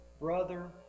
brother